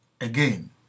Again